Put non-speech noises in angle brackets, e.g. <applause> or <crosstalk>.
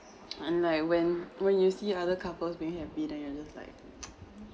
and like when when you see other couples being happy then you're just like <noise>